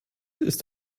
ist